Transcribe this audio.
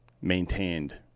maintained